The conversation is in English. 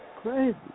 Crazy